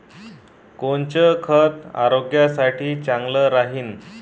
कोनचं खत आरोग्यासाठी चांगलं राहीन?